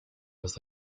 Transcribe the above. was